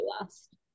last